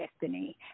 Destiny